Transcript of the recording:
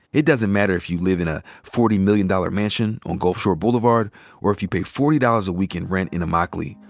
it doesn't matter if you live in a forty million dollars mansion on gulf shore boulevard or if you pay forty dollars a week in rent in immokalee.